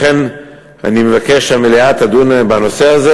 לכן אני מבקש שהמליאה תדון בנושא הזה